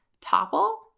topple